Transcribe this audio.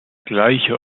gleiche